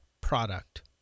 product